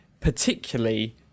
particularly